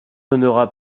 donnera